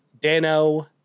Dano